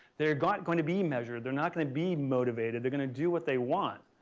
they're not going to be measured. they're not going to be motivated. they're going to do what they want.